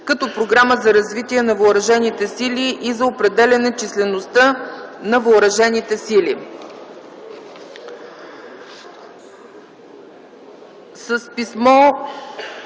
като програма за развитие на въоръжените сили и за определяне числеността на въоръжените сили.